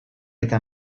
eta